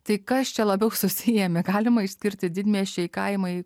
tai kas čia labiau susiėmė galima išskirti didmiesčiai kaimai